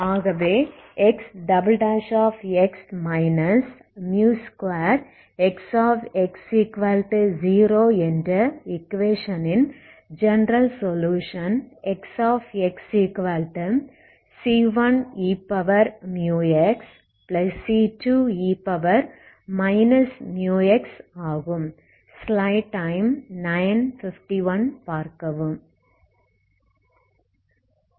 ஆகவே Xx 2 Xx0 என்ற equation ன் ஜெனரல் சொலுயுஷன் Xxc1eμxc2e μx ஆகும்